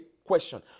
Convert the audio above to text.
question